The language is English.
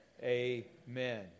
amen